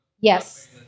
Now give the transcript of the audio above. yes